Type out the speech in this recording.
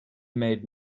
made